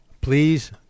Please